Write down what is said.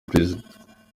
perezida